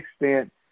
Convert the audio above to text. extent